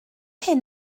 hyn